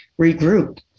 regroup